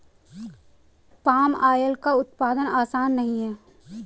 palm oil का उत्पादन आसान नहीं है